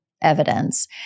evidence